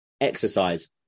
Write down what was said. exercise